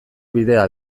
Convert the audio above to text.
bidea